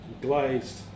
glazed